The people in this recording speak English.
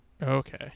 Okay